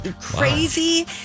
crazy